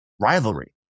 rivalry